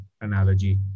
analogy